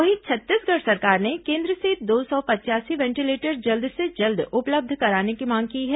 वहीं छत्तीसगढ़ सरकार ने केन्द्र से दो सौ पचयासी वेंटीलेटर जल्द से जल्द उपलब्ध कराने की मांग की है